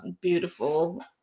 beautiful